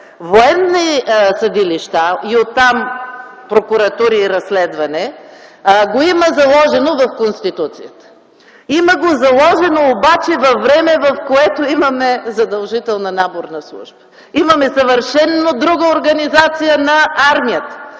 военни съдилища и оттам прокуратури и „Разследване” го има заложено в Конституцията. Има го заложено обаче във време, в което имаме задължителна наборна служба. Имаме съвършено друга организация на армията,